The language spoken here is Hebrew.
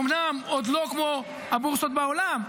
אומנם עוד לא כמו הבורסות בעולם,